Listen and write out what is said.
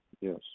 yes